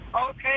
Okay